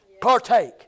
partake